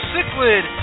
Cichlid